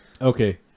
okay